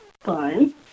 fun